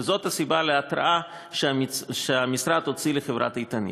וזאת הסיבה להתראה שהמשרד הוציא לחברת "איתנית".